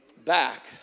back